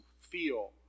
feel